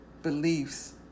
beliefs